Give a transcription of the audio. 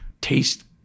taste